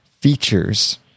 features